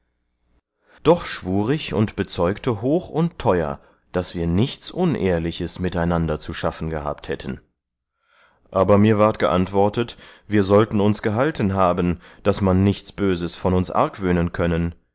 doch schwur ich und bezeugte hoch und teuer daß wir nichts unehrliches miteinander zu schaffen gehabt hätten aber mir ward geantwortet wir sollten uns gehalten haben daß man nichts böses von uns argwöhnen können